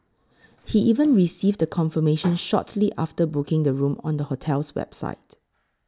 he even received a confirmation shortly after booking the room on the hotel's website